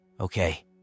Okay